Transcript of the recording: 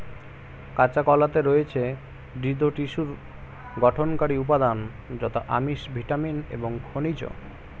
কাঁচা কলাতে রয়েছে দৃঢ় টিস্যুর গঠনকারী উপাদান যথা আমিষ, ভিটামিন এবং খনিজ